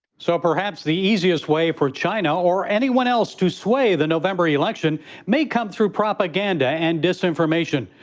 so perhaps the easiest way for china or anyone else to sway the november election may come through propaganda and disinformation.